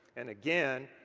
and again,